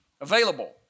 Available